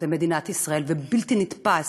במדינת ישראל, ובלתי נתפס,